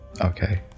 Okay